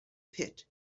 pit